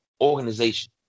organization